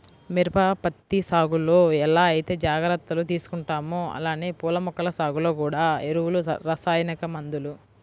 మిరప, పత్తి సాగులో ఎలా ఐతే జాగర్తలు తీసుకుంటామో అలానే పూల మొక్కల సాగులో గూడా ఎరువులు, రసాయనిక మందులు